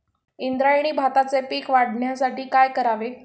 इंद्रायणी भाताचे पीक वाढण्यासाठी काय करावे?